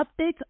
updates